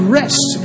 rest